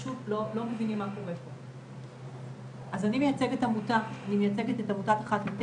יש כמה תכניות ובין הראשונים להוביל תכניות על פעילות גופנית אחרי סרטן,